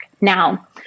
Now